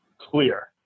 clear